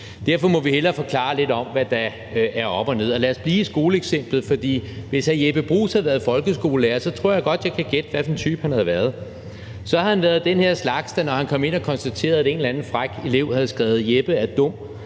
Derfor må vi hellere forklare lidt om, hvad der er op og ned. Lad os blive i skoleeksemplet, for hvis hr. Jeppe Bruus havde været folkeskolelærer, tror jeg godt, jeg kan gætte, hvad for en type han havde været. Så havde han været den her slags, der, når han kom ind og konstaterede, at en eller anden fræk elev havde skrevet »Jeppe er dum«